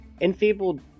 Enfeebled